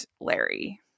Larry